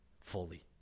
fully